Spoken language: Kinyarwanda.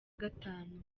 gatanu